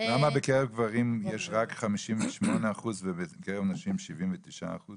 קבוצות משנה כמו